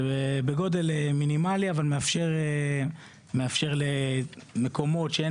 בגודל מינימלי אבל מאפשר למקומות שאין